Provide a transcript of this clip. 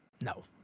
no